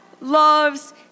loves